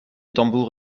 tambour